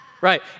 Right